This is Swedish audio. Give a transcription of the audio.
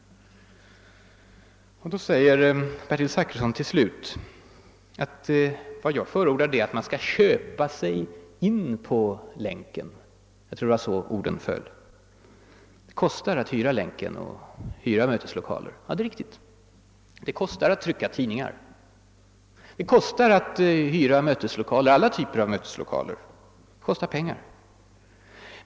Till slut säger Bertil Zachrisson att vad jag förordar är att man skall »köpa in sig« på länken. Jag tror att orden föll så. Det kostar att hyra länken och att hyra möteslokal. Det är riktigt. Det kostar att trycka tidningar. Det kostar att hyra alla typer av möteslokaler. Det kostar pengar.